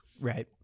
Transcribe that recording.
Right